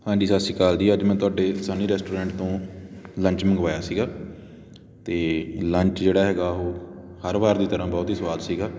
ਹਾਂਜੀ ਸਤਿ ਸ਼੍ਰੀ ਅਕਾਲ ਜੀ ਅੱਜ ਮੈਂ ਤੁਹਾਡੇ ਸਨੀ ਰੈਸਟੋਰੈਂਟ ਤੋਂ ਲੰਚ ਮੰਗਵਾਇਆ ਸੀਗਾ ਅਤੇ ਲੰਚ ਜਿਹੜਾ ਹੈਗਾ ਉਹ ਹਰ ਵਾਰ ਦੀ ਤਰ੍ਹਾਂ ਬਹੁਤ ਹੀ ਸਵਾਦ ਸੀਗਾ